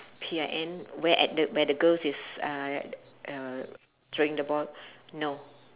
P I N where at the where the girls is uh uh throwing the ball no